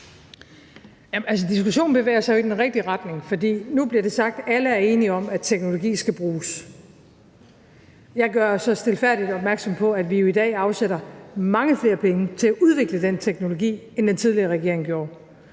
diskussionen bevæger sig jo i den rigtige retning, for nu bliver det sagt, at alle er enige om, at teknologi skal bruges. Jeg gør så stilfærdigt opmærksom på, at vi jo i dag afsætter mange flere penge til at udvikle den teknologi, end den tidligere regering gjorde.